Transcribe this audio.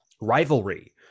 rivalry